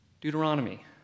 Deuteronomy